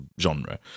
genre